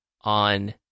on